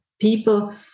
people